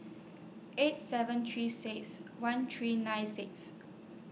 eight seven three six one three nine six